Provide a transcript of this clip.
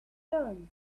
turns